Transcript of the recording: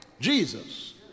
Jesus